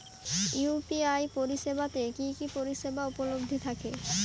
UPI পরিষেবা তে কি কি পরিষেবা উপলব্ধি থাকে?